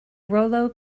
rollo